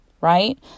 right